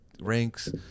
Ranks